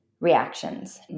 reactions